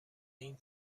این